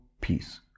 peace